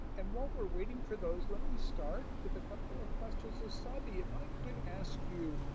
and while we're waiting for those, let me start with a couple of questions. so sabi, if i could ask you,